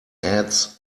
ads